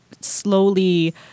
slowly